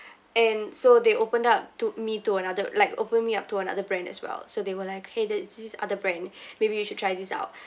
and so they open up took me to another like open me up to another brand as well so they were like !hey! that's this other brand maybe you should try this out